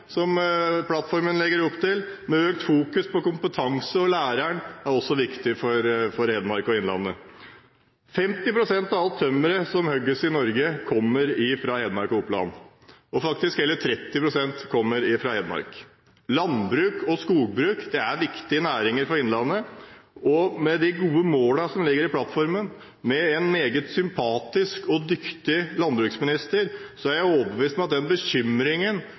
som plattformen legger opp til, med økt fokusering på kompetanse og læreren, er også viktig for Hedmark og innlandet. 50 pst. av alt tømmeret som hugges i Norge, kommer fra Hedmark og Oppland. Hele 30 pst. kommer fra Hedmark. Landbruk og skogbruk er viktige næringer for innlandet. Med de gode målene som ligger i plattformen, og med en meget sympatisk og dyktig landbruksminister, er jeg overbevist om at den bekymringen